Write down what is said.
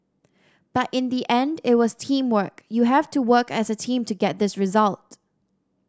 but in the end it was teamwork you have to work as a team to get this result